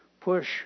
push